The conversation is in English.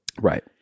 right